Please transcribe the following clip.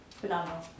phenomenal